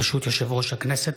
ברשות יושב-ראש הכנסת,